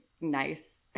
nice